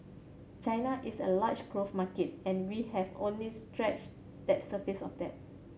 China is a large growth market and we have only scratched that surface of that